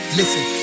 listen